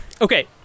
Okay